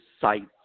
sites